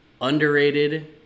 underrated